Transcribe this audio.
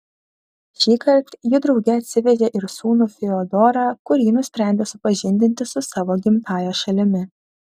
šįkart ji drauge atsivežė ir sūnų fiodorą kurį nusprendė supažindinti su savo gimtąja šalimi